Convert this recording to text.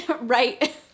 Right